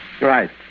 Right